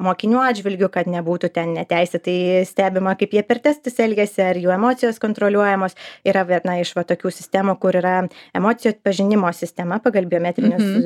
mokinių atžvilgiu kad nebūtų ten neteisėtai stebima kaip jie per testus elgiasi ar jų emocijos kontroliuojamos yra viena iš va tokių sistemų kur yra emocijų atpažinimo sistema pagal biometrinius